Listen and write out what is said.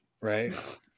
right